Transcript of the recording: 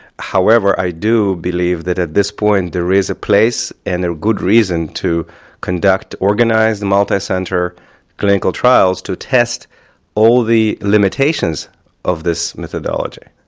however, i do believe that at this point there is a place and a good reason to conduct organised multi-centre clinical trials to test all the limitations of this methodology.